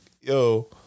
yo